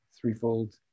threefold